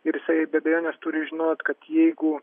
ir jisai be abejonės turi žinot kad jeigu